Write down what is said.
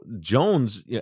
Jones